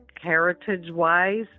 heritage-wise